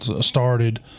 started